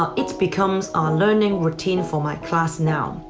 ah it's become a learning routine for my class now.